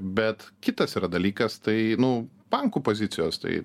bet kitas yra dalykas tai nu bankų pozicijos tai